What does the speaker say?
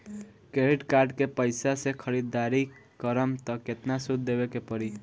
Credit card के पैसा से ख़रीदारी करम त केतना सूद देवे के पड़ी?